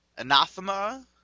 Anathema